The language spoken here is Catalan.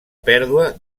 pèrdua